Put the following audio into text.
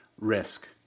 risk